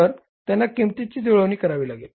तर त्यांना किंमतींची जुळवणी करावी लागेल